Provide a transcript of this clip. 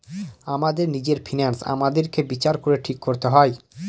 আমাদের নিজের ফিন্যান্স আমাদেরকে বিচার করে ঠিক করতে হয়